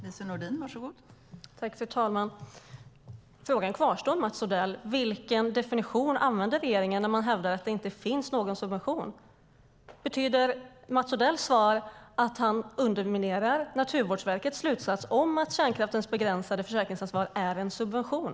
Fru talman! Frågan till Mats Odell kvarstår: Vilken definition använder regeringen när man hävdar att det inte finns någon subvention? Betyder Mats Odells svar att han underkänner Naturvårdsverkets slutsats om att kärnkraftens begränsade försäkringsansvar är en subvention?